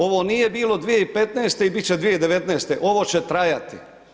Ovo nije bilo 2015. i bit će 2019., ovo će trajati.